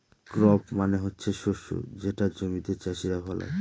crop মানে হচ্ছে শস্য যেটা জমিতে চাষীরা ফলায়